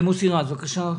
מוסי רז, בבקשה.